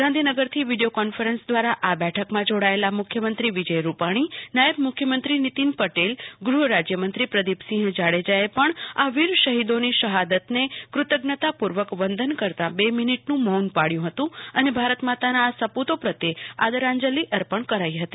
ગાંધીનગરથી video conference દ્રારા આ બેઠકમાં જોડાયેલા મુખ્યમંત્રી વિજય રૂપાણીનાયબ મુખ્યમંત્રી નીતિન પટેલગૃહમંત્રી પ્રદિપસિંહ જાડેજાએ પણ આ વીર શહિદોની શહાદને કૃતજ્ઞતાપુર્વક વંદના કરતાં બે મિનિટનું મોન પાળ્યુ હતું અને ભારત માતાના આ સપુ તો પ્રત્યે આદરાંજલિ અર્પણ કરી હતી